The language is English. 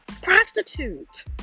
Prostitute